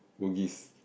Bugis